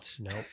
nope